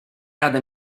radę